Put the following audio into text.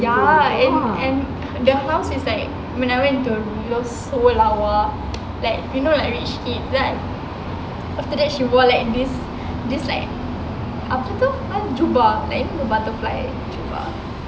ya then then their house is like when I went to it was so lawa like you know like rich kid then after that she wore like this this like apa tu jubah butterfly jubah